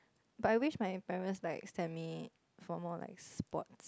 but I wish my parents like sent me for more like sports